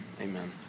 Amen